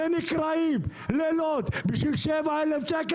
ונקרעים לילות בשביל 7,000 שקל